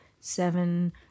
seven